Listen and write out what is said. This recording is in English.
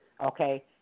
Okay